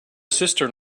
cistern